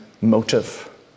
motive